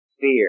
Fear